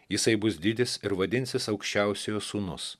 jisai bus dydis ir vadinsis aukščiausiojo sūnus